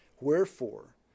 Wherefore